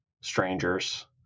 strangers